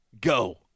go